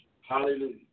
Hallelujah